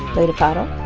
leila fadel,